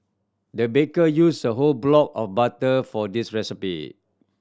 the baker used a whole block of butter for this recipe